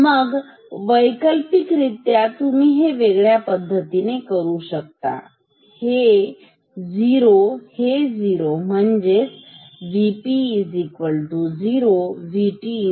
मग वैकल्पिकरित्या तुम्ही हे वेगळ्या पद्धतीने करू शकता हे झिरो हे झीरो म्हणजेच V P 0